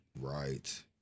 Right